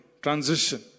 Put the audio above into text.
transition